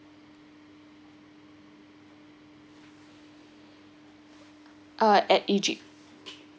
uh at egypt